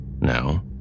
Now